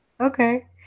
Okay